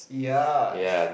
yas